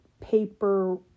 paper